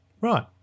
Right